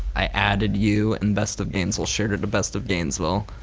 i added you and best of gainesville, shared it to best of gainesville,